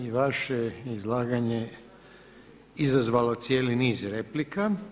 I vaše izlaganje izazvalo cijeli niz replika.